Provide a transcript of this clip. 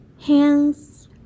hands